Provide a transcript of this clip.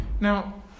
Now